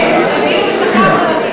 כן, הרביעי הוא בשכר כרגיל.